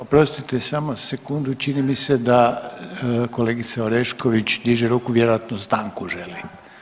Oprostite, samo sekundu, čini mi se da kolegica Orešković diže ruku, vjerojatno stanku želi.